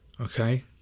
Okay